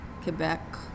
Quebec